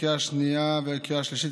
לקריאה השנייה ולקריאה השלישית,